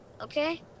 Okay